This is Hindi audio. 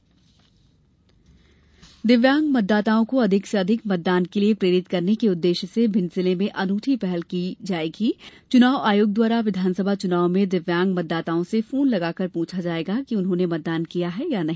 मतदान दिव्यांग दिव्यांग मतदाताओं को अधिक से अधिक मतदान के लिए प्रेरित करने के उद्देश्य से भिंड जिले में अनूठी पहल की जायेगीं जानकारी के मुताबिक चुनाव आयोग द्वारा विधानसभा चुनाव में दिव्यांग मतदाताओं से फोन लगाकर पूछा जाएगा कि उन्होंने मतदान किया या नहीं